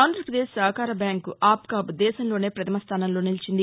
ఆంధ్రప్రదేశ్ సహకార బ్యాంక్ ఆప్కాబ్ దేశంలోనే పథమ స్లానంలో నిలిచింది